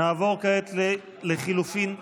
נצביע כעת על לחלופין ד'.